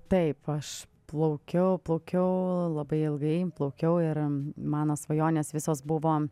taip aš plaukiau plaukiau labai ilgai plaukiau ir mano svajonės visos buvo